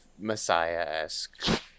messiah-esque